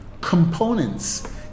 components